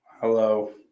Hello